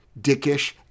dickish